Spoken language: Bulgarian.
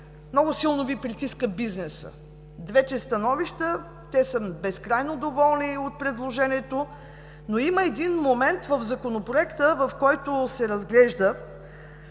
много силно Ви притиска бизнесът – двете становища. Те са безкрайно доволни от предложението. Но има един момент в Законопроекта, в който се разглежда